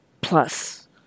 plus